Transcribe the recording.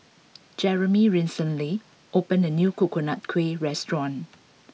Jeremy recently opened a new Coconut Kuih restaurant